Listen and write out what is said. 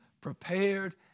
prepared